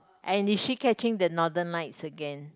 and is she catching the Northern Lights again